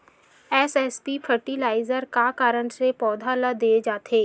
SSP fertiliser का कारण से पौधा ल दे जाथे?